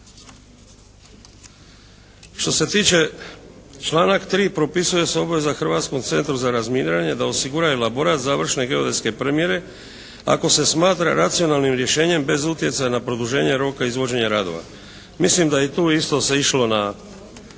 Što se tiče članak 3. propisuje se obveza Hrvatskom centru za razminiranje da osigura elaborat završne geodetske premjere ako se smatra racionalnim rješenjem bez utjecaja na produženje roka i izvođenje radova. Mislim da je i tu isto se išlo na